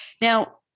now